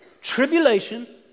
tribulation